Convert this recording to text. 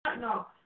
no